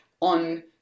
on